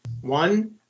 one